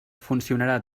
funcionarà